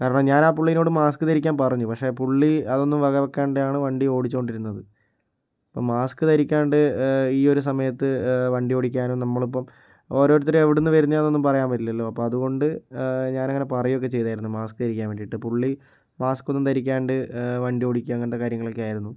കാരണം ഞാൻ ആ പുള്ളിയിനോട് മാസ്ക് ധരിക്കാൻ പറഞ്ഞു പക്ഷെ ആ പുള്ളി അതൊന്നും വക വയ്ക്കാണ്ടാണ് വണ്ടി ഓടിച്ചു കൊണ്ടിരുന്നത് അപ്പം മാസ്ക് ധരിക്കാണ്ട് ഈ ഒരു സമയത്ത് വണ്ടി വണ്ടിയോടിക്കാനും നമ്മളിപ്പം ഓരോരുത്തർ എവിടെ നിന്ന് വരുന്നതാണെന്നൊന്നും പായാനൊന്നും പറ്റില്ലലോ അപ്പോൾ അതുകൊണ്ട് ഞാൻ അങ്ങനെ പറയുകയൊക്കെ ചെയ്തിരുന്നു മാസ്ക് ധരിക്കാൻ വേണ്ടിയിട്ട് പുള്ളി മാസ്ക് ഒന്നും ധരിക്കാണ്ട് വണ്ടിയോടിക്കുക അങ്ങനത്തെ കാര്യങ്ങളൊക്കെ ആയിരുന്നു